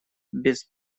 без